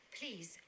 please